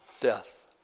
death